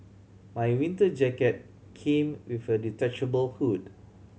my winter jacket came with a detachable hood